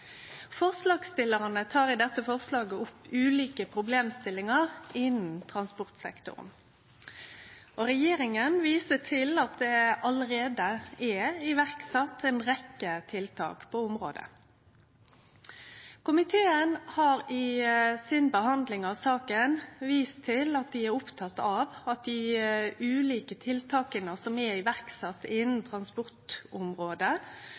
Forslagsstillarane tek i dette forslaget opp ulike problemstillingar innan transportsektoren. Regjeringa viser til at det allereie er sett i verk ei rekkje tiltak på området. Komiteen har i behandlinga v saka vist til at dei er opptekne av at dei ulike tiltaka som er sette i